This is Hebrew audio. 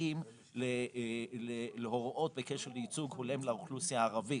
מתאים להוראות בקשר לייצוג הולם לאוכלוסייה הערבית.